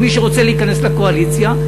מי שרוצה להיכנס לקואליציה?